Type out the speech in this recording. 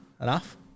enough